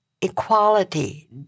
equality